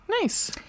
nice